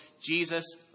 Jesus